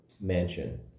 mansion